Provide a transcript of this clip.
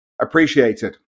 appreciated